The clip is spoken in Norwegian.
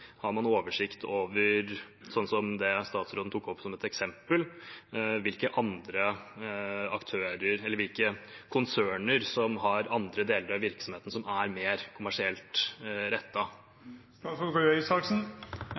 Har man oversikt over, som statsråden tok opp som eksempel, hvilke aktører eller konserner som har andre deler av virksomheten som er mer kommersielt